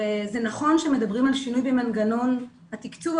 וזה נכון שמדברים על שינוי במנגנון התקצוב,